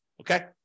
okay